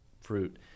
fruit